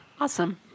Awesome